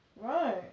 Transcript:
Right